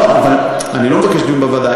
לא, אבל אני לא מבקש דיון בוועדה.